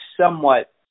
somewhat